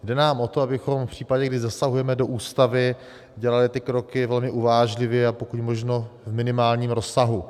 Jde nám o to, abychom v případě, kdy zasahujeme do Ústavy, dělali ty kroky velmi uvážlivě a pokud možno v minimálním rozsahu.